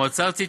המועצה הארצית,